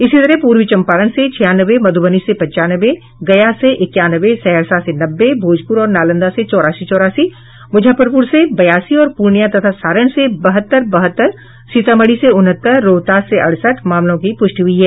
इसी तरह पूर्वी चम्पारण से छियानवे मधुबनी से पंचानवे गया से इक्यानवे सहरसा से नब्बे भोजपुर और नालंदा से चौरासी चौरासी मुजफ्फरपुर से बयासी और पूर्णियां तथा सारण से बहत्तर बहत्तर सीतामढ़ी से उनहत्तर रोहतास से अड़सठ मामलों की पुष्टि हुई है